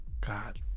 God